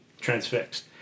transfixed